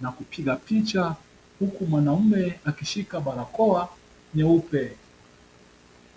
na kupiga picha huku mwanamume akishika barakoa nyeupe.